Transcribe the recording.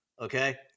Okay